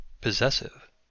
possessive